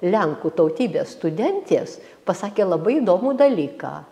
lenkų tautybės studentės pasakė labai įdomų dalyką